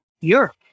Europe